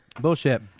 Bullshit